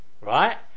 Right